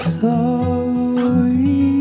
sorry